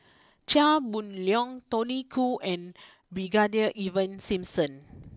Chia Boon Leong Tony Khoo and Brigadier Ivan Simson